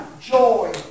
joy